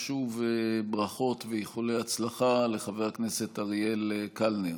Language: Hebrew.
שוב, ברכות ואיחולי הצלחה לחבר הכנסת אריאל קלנר.